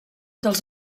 dels